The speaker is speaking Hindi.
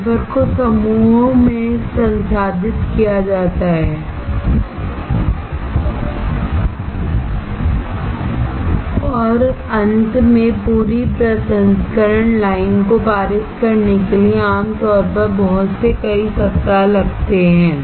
वेफर को समूहों में संसाधित किया जाता है और अंत में पूरी प्रसंस्करण लाइन को पारित करने के लिए आम तौर पर बहुत से सप्ताह लगते हैं